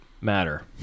matter